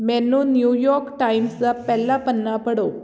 ਮੈਨੂੰ New York Times ਦਾ ਪਹਿਲਾ ਪੰਨਾ ਪੜ੍ਹੋ